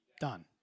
done